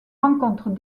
rencontrent